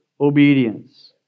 obedience